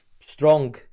strong